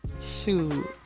Shoot